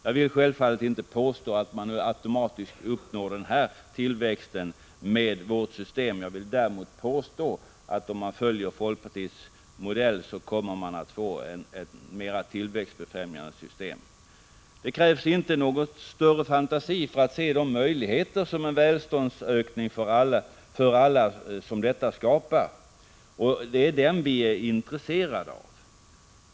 Jag vill självfallet inte påstå att man automatiskt uppnår denna tillväxt med vårt system. Jag vill däremot påstå att om man följer folkpartiets modell kommer man att få ett mer tillväxtfrämjande system. Det krävs inte någon större fantasi för att se de möjligheter till en välståndsökning för alla som detta skapar. Och det är den vi är intresserade av.